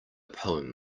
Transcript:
poem